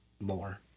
more